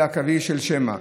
קווי שמע.